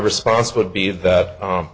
response would be that